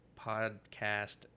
podcast